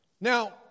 Now